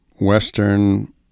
Western